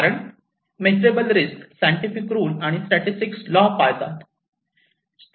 कारण measurable risk scientific rule आणि statistic law पाळतात